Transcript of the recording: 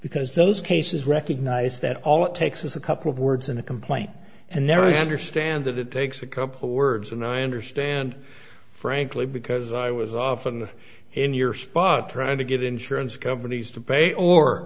because those cases recognize that all it takes is a couple of words in a complaint and never understand that it takes a couple words and i understand frankly because i was often in your spot trying to get insurance companies to pay or